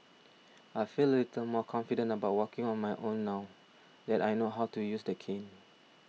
I feel a little more confident about walking on my own now that I know how to use the cane